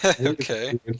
Okay